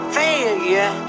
failure